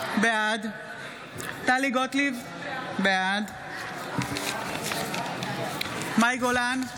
בעד טלי גוטליב, בעד מאי גולן,